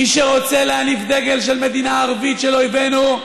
מי שרוצה להניף דגל של מדינה ערבית של אויבינו,